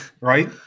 right